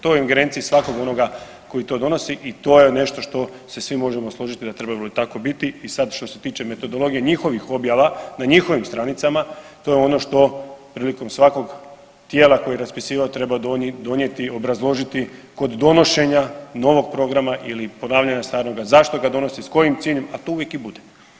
To je u ingerenciji svakog onoga koji to donosi i to je nešto što se svi možemo složiti da trebalo bi tako biti i sad što se tiče metodologije njihovih objava na njihovim stranicama to je ono što prilikom svakog tijela koje je raspisivao treba donijeti i obrazložiti kod donošenja novog programa ili ponavljanja staroga zašto ga donosi, s kojim ciljem, a to uvijek i bude.